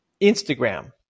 Instagram